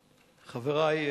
חברי,